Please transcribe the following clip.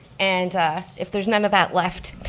and if there's none of that left,